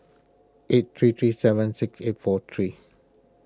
eight three three seven six eight four three